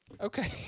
Okay